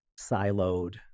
siloed